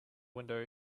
window